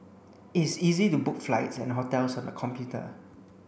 it's easy to book flights and hotels on the computer